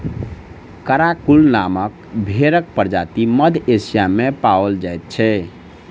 Karakul नामक भेंड़क प्रजाति मध्य एशिया मे पाओल जाइत छै